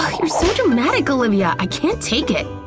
you're so dramatic, olivia, i can't take it!